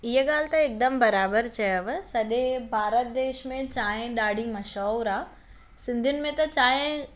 इहा ॻाल्हि त हिकदमु बराबरि चयव सॼे भारत देश में चांहि ॾाढी मशहूरु आहे सिंधियुनि में त चांहि